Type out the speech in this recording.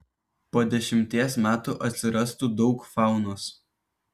po dešimties metų atsirastų daug faunos